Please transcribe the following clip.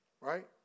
Right